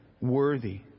worthy